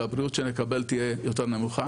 והבריאות שנקבל תהיה יותר נמוכה,